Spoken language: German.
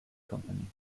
kompanie